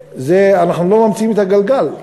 ואנחנו לא ממציאים את הגלגל.